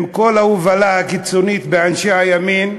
עם כל ההובלה הקיצונית של אנשי הימין,